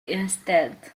instead